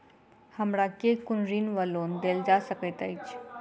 हमरा केँ कुन ऋण वा लोन देल जा सकैत अछि?